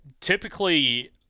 Typically